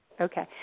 Okay